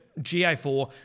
GA4